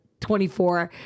24